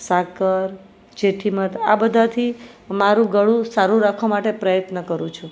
સાકર જેઠીમધ આ બધાથી મારું ગળુ સારું રાખવા માટે પ્રયત્ન કરું છું